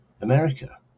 America